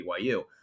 BYU